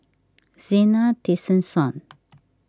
Zena Tessensohn